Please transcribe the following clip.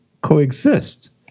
coexist